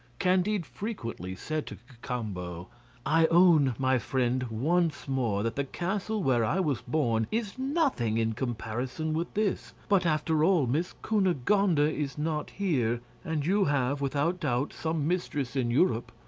candide frequently said to cacambo i own, my friend, once more that the castle where i was born is nothing in comparison with this but, after all, miss cunegonde ah is not here, and you have, without doubt, some mistress in europe.